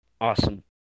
Awesome